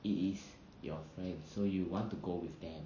it is your friend so you want to go with them